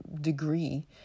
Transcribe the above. degree